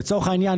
לצורך העניין,